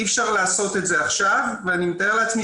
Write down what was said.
אי אפשר לעשות את זה עכשיו ואני מתאר לעצמי